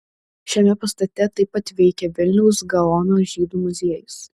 šiame pastate taip pat veikia vilniaus gaono žydų muziejus